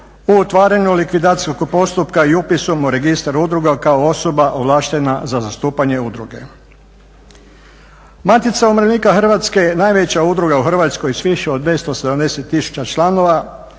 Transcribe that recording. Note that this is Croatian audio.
u otvaranju likvidacijskog postupka i upisom u registar udruga kao osoba ovlaštena za zastupanje udruge. Matica umirovljenika Hrvatske najveća udruga u Hrvatskoj s više od 280 tisuća članova